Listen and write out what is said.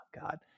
God